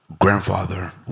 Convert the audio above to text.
grandfather